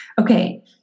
Okay